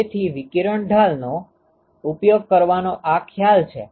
તેથી વિકિરણ ઢાલનો ઉપયોગ કરવાનો આ ખ્યાલ છે